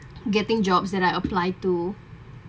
getting jobs that I applied to